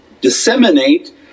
disseminate